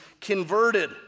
converted